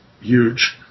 huge